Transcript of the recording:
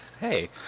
hey